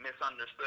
misunderstood